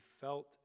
felt